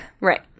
Right